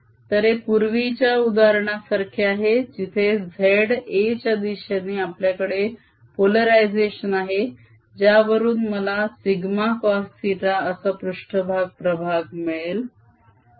तर हे पूर्वीच्या उदाहरणा सारखे आहे जिथे z a च्या दिशेने आपल्याकडे पोलरायझेशन आहे ज्यावरून मला σcosθ असा पृष्ट्भाग प्रभाग मिळेल